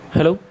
Hello